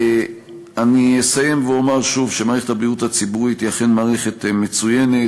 אני אסיים ואומר שוב שמערכת הבריאות הציבורית היא אכן מערכת מצוינת.